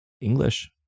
English